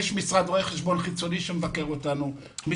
יש משרד רואה חשבון חיצוני שמבקר אותנו,